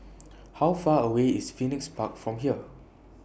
How Far away IS Phoenix Park from here